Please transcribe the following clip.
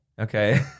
Okay